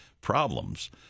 problems